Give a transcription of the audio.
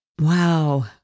wow